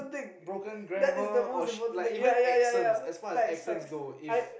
broken grammar or sh~ like even accents as far as accents go if